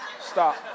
Stop